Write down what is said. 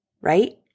Right